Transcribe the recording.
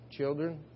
Children